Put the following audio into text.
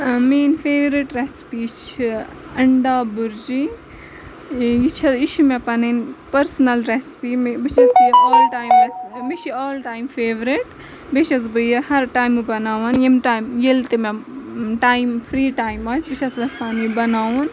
میٲنۍ favourite recipe چھِ اَنڈا بُرجی یہِ چھےٚ یہِ چھِ مےٚ پَنٕنۍ پٔرسٕنل ریسپی بہٕ چھَس یہِ آل ٹایم مےٚ چھِ یہِ آل ٹایِم فیورِٹ بیٚیہِ چھَس بہٕ یہِ ہر ٹایمہٕ بَناوان ییٚمہِ ٹایمہٕ ییٚلہِ تہِ مےٚ ٹایم فری ٹایم آسہِ بہٕ چھَس یَژھان یہِ بَناوُن